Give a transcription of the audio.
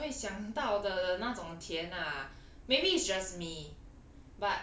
没没有人会想到的的那种甜 ah maybe it's just me